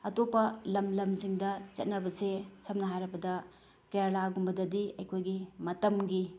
ꯑꯇꯣꯞꯄ ꯂꯝ ꯂꯝꯁꯤꯡꯗ ꯆꯠꯅꯕꯁꯦ ꯁꯝꯅ ꯍꯥꯏꯔꯕꯗ ꯀꯦꯔꯂꯥꯒꯨꯝꯕꯗꯗꯤ ꯑꯩꯍꯣꯏꯒꯤ ꯃꯇꯝꯒꯤ